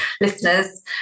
listeners